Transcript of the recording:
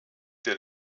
der